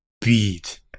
beat